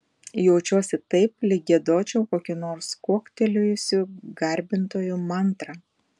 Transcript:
jaučiuosi taip lyg giedočiau kokių nors kuoktelėjusių garbintojų mantrą